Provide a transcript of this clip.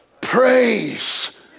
praise